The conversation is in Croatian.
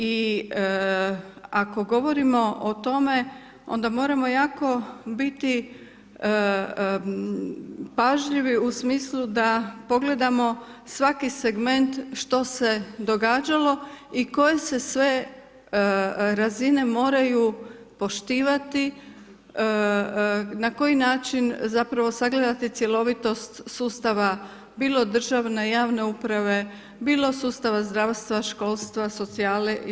I ako govorimo o tome onda moramo jako biti pažljivi u smislu da pogledamo svaki segment što se događalo i koje se sve razine moraju poštivati, na koji način, zapravo, sagledati cjelovitost sustava, bilo državne, javne uprave, bilo sustava zdravstva, školstva, socijale i sl.